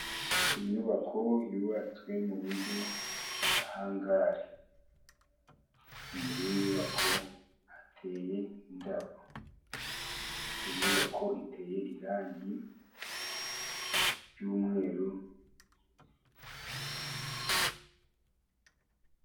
Inyubako yubatswe mu buryo bwa hangari. Imbere y'inyubako hateye indabo, iyo nyubako iteye irangi ry'umweru.